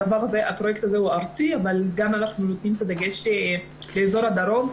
הפרויקט הזה ארצי אבל אנחנו נותנים דגש על אזור הדרום.